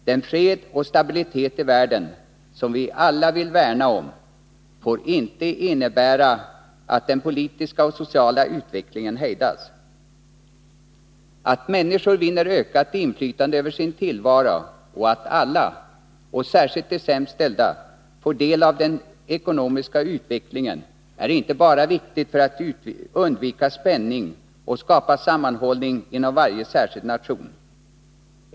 Den fred och stabilitet i världen som vi alla vill värna om får inte innebära att den politiska och sociala utvecklingen hejdas. Att människor vinner ökat inflytande över sin tillvaro och att alla — särskilt de sämst ställda — får del av den ekonomiska utvecklingen är inte bara viktigt för att undvika spänning och skapa sammanhållning inom varje enskild nation.